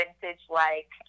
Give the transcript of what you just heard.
vintage-like